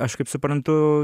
aš kaip suprantu